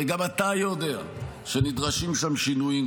הרי גם אתה יודע שנדרשים שם שינויים,